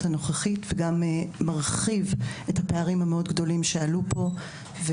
הנוכחית ותרחיב את הפערים המאוד גדולים שעלו פה.